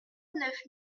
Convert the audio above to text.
neuf